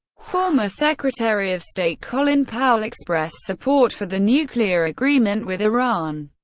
former secretary of state colin powell expressed support for the nuclear agreement with iran,